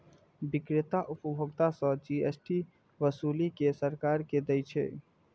बिक्रेता उपभोक्ता सं जी.एस.टी ओसूलि कें सरकार कें दै छै